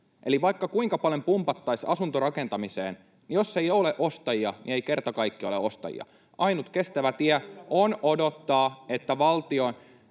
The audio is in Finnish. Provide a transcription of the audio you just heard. Eli vaikka kuinka paljon pumpattaisiin asuntorakentamiseen, niin jos ei ole ostajia, niin ei kerta kaikkiaan ole ostajia. Ainut kestävä tie on odottaa, että Euroopan